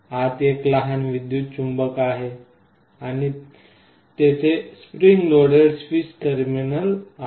आत एक लहान विद्युत चुंबक आहे आणि तेथे स्प्रिंग लोड स्विच टर्मिनल आहे